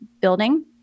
building